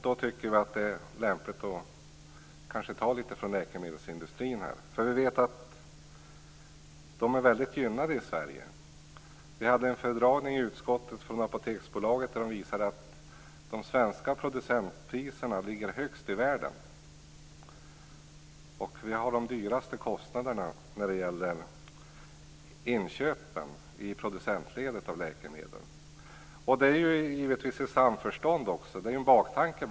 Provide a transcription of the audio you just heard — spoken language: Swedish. Då tycker vi att det är lämpligt att ta litet från läkemedelsindustrin. Vi vet att den är väldigt gynnad i Sverige. Man visade att de svenska producentpriserna ligger högst i världen och att vi har de högsta kostnaderna när det gäller producentledets inköp av läkemedel. Det sker givetvis i samförstånd. Det finns en baktanke.